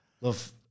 Love